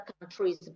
countries